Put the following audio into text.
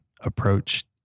approach